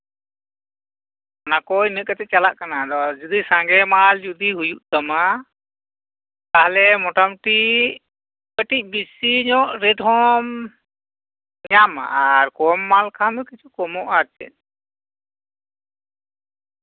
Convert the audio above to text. ᱚᱱᱟᱠᱚ ᱤᱱᱟᱹᱜ ᱠᱟᱛᱮᱫ ᱪᱟᱞᱟᱜ ᱠᱟᱱᱟ ᱟᱫᱚ ᱡᱩᱫᱤ ᱥᱟᱝᱜᱮ ᱢᱟᱞ ᱡᱩᱫᱤ ᱦᱩᱭᱩᱜ ᱛᱟᱢᱟ ᱛᱟᱦᱞᱮ ᱢᱳᱴᱟᱢᱩᱴᱤ ᱠᱟᱹᱴᱤᱪ ᱵᱮᱥᱤᱧᱚᱜ ᱨᱮᱴ ᱦᱚᱸᱢ ᱧᱟᱢᱼᱟ ᱟᱨ ᱠᱚᱢ ᱢᱟᱞ ᱠᱷᱟᱱ ᱫᱚ ᱠᱤᱪᱷᱩ ᱠᱚᱢᱚᱜᱼᱟ ᱟᱨ ᱪᱮᱫ